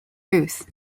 ruth